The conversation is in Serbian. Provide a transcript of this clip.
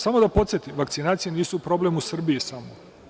Samo da podsetim, vakcinacije nisu problem u Srbiji samo.